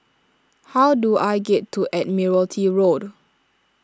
how do I get to Admiralty Road